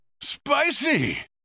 Spicy